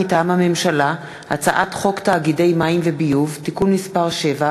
מטעם הממשלה: הצעת חוק תאגידי מים וביוב (תיקון מס' 7),